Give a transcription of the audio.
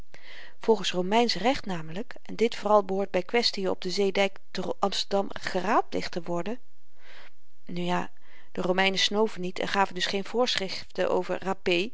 volgens romeinsch recht namelyk en dit vooral behoort by kwestien op den zeedyk te amsterdam geraadpleegd te worden nu ja de romeinen snoven niet en gaven dus geen voorschriften over